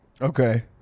Okay